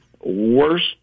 worst